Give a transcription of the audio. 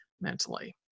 mentally